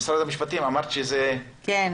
משרד המשפטים, אמרת שזה --- כן.